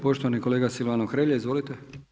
Poštovani kolega Silvano Hrelja, izvolite.